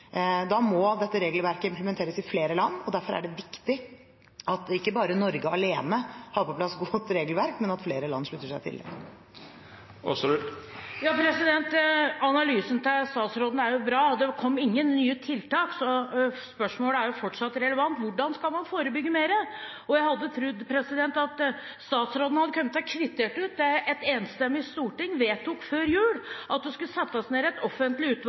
Da må dette regelverket implementeres i flere land, og derfor er det viktig at ikke bare Norge alene har på plass godt regelverk, men at flere land slutter seg til det. Analysen til statsråden er bra, men det kom ingen nye tiltak, så spørsmålet er jo fortsatt relevant: Hvordan skal man forebygge mer? Jeg hadde trodd at statsråden hadde kommet til å kvittere ut det som et enstemmig storting vedtok før jul, at det skulle settes ned et offentlig utvalg